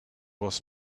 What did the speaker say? was